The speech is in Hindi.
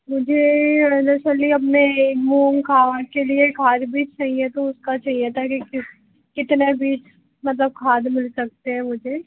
जी हमने मूंग खा के लिए खाद बीज चाहिए तो उसका चाहिए था की किस कितने बीज मतलब खाद मिल सकते हैं मुझे